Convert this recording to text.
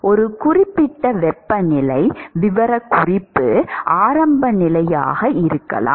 ஒரு குறிப்பிட்ட வெப்பநிலை விவரக்குறிப்பு ஆரம்ப நிலையாக இருக்கலாம்